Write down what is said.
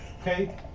Okay